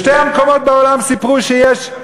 סיפרו שבשני מקומות בעולם יש פרוספריטי,